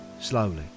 slowly